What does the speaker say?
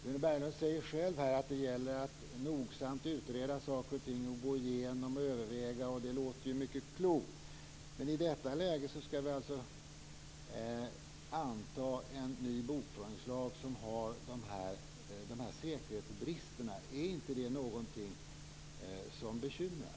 Rune Berglund säger själv att det gäller att nogsamt utreda saker och ting, gå igenom och överväga. Det låter mycket klokt. Men i detta läge ska vi alltså anta en ny bokföringslag som har de här säkerhetsbristerna. Är inte det någonting som bekymrar?